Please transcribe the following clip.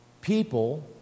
people